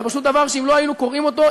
זה פשוט דבר שאם לא היינו קוראים אותו,